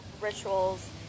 rituals